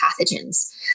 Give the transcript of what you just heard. pathogens